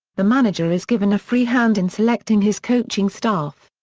the manager is given a free hand in selecting his coaching staff.